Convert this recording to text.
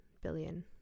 billion